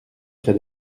près